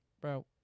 bro